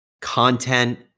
content